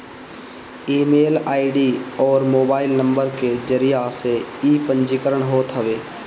email ID अउरी mobile number के जरिया से इ पंजीकरण होत हवे